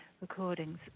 recordings